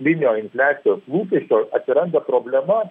minio infliacijos lūkesčio atsiranda problema